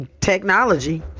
technology